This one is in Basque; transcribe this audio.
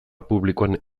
publikoan